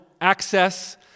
access